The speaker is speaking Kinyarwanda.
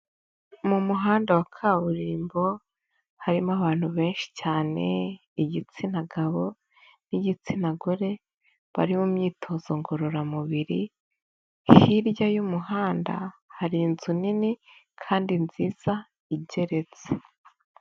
Mu muhanda wa kaburimbo, harimo abantu benshi cyane igitsina gabo n'igitsina gore bari mu myitozo ngororamubiri, hirya y'umuhanda, hari inzu nini kandi nziza igeretse.